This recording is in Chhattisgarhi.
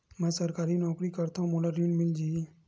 मै सरकारी नौकरी करथव मोला ऋण मिल जाही?